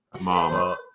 mom